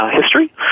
history